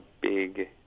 big